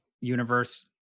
universe